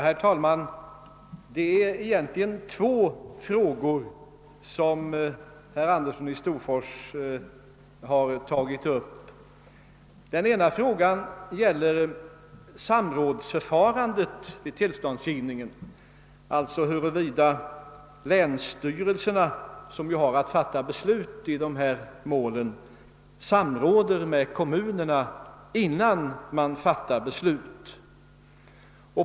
Herr talman! Det är egentligen två frågor som herr Andersson i Storfors tagit upp. Den ena gäller samrådsförfarandet vid tillståndsgivningen, d. v. s. huruvida länsstyrelserna, som har att fatta beslut i dessa mål, samråder med kommunerna innan de fattar beslut.